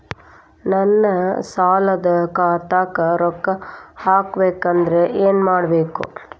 ನನ್ನ ಸಾಲದ ಖಾತಾಕ್ ರೊಕ್ಕ ಹಾಕ್ಬೇಕಂದ್ರೆ ಏನ್ ಮಾಡಬೇಕು?